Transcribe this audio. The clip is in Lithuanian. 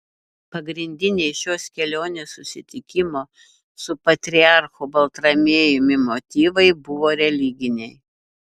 pagrindiniai šios kelionės susitikimo su patriarchu baltramiejumi motyvai buvo religiniai